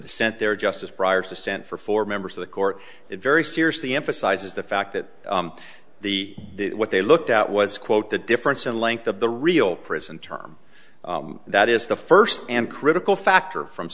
dissent there justice briar's ascent for four members of the court it very seriously emphasizes the fact that the what they looked at was quote the difference in length of the real prison term that is the first and critical factor from